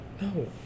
No